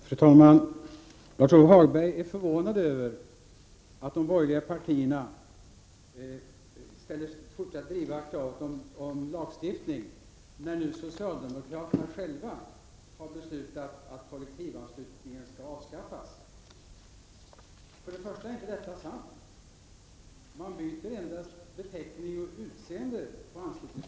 Fru talman! Lars-Ove Hagberg är förvånad över att de borgerliga partierna fortsätter att driva kravet om lagstiftning, när socialdemokraterna själva har beslutat att kollektivanslutningen skall avskaffas. För det första är inte detta sant. Man byter endast beteckning och utseende på anslutningsformen.